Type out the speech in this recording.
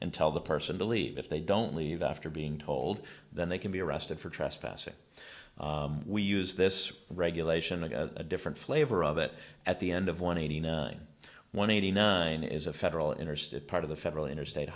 and tell the person to leave if they don't leave after being told then they can be arrested for trespassing we use this regulation and a different flavor of it at the end of one eighty nine when eighty nine is a federal interstate part of the federal interstate